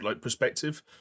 perspective